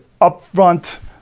upfront